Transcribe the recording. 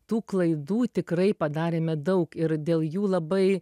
tų klaidų tikrai padarėme daug ir dėl jų labai